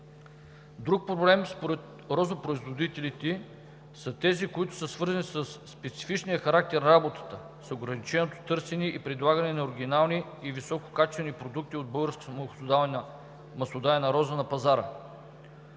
Други проблеми според розопроизводителите са тези, които са свързани със специфичния характер на работата, с ограниченото търсене и предлагане на оригинални и висококачествени продукти от българска маслодайна роза на пазара.